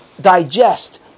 digest